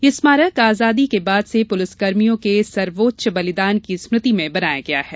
यह स्मारक आजादी के बाद से पुलिसकर्मियों के सर्वोच्च बलिदान की स्मृति में बनाया गया है